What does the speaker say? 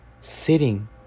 sitting